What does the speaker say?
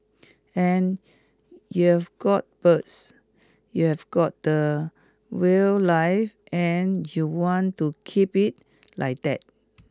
and you've got birds you have got the wildlife and you want to keep it like that